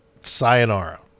sayonara